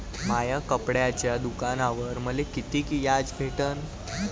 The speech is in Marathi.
माया कपड्याच्या दुकानावर मले कितीक व्याज भेटन?